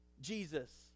Jesus